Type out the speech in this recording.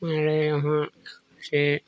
हमारे यहाँ अच्छे